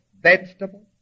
vegetable